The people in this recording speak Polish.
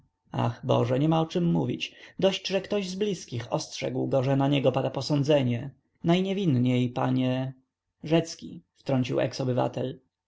ach boże niema o czem mówić dosyć że ktoś z bliskich ostrzegł go że na niego pada posądzenie najniewinniej panie rzecki wtrącił eks-obywatel